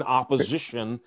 opposition